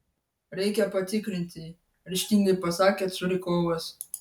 reikia patikrinti ryžtingai pasakė curikovas